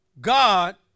God